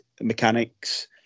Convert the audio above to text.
mechanics